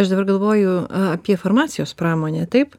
aš dabar galvoju apie farmacijos pramonę taip